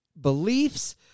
beliefs